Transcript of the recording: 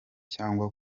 cyangwa